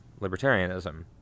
libertarianism